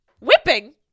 whipping